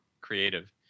creative